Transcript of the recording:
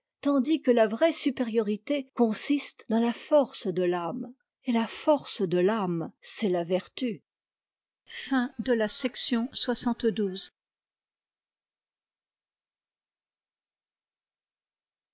tandis que la vraie supériorité consiste dans la force de l'âme et la force de l'âme c'est la vertu chapitre